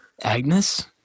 Agnes